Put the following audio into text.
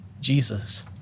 Jesus